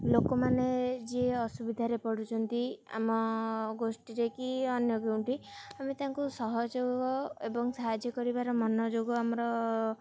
ଲୋକମାନେ ଯିଏ ଅସୁବିଧାରେ ପଡ଼ୁଛନ୍ତି ଆମ ଗୋଷ୍ଠୀରେ କି ଅନ୍ୟ କେଉଁଠି ଆମେ ତାଙ୍କୁ ସହଯୋଗ ଏବଂ ସାହାଯ୍ୟ କରିବାର ମନଯୋଗ ଆମର